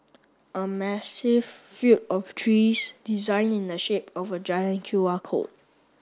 a massive field of trees designed in the shape of a giant Q R code